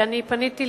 שפניתי,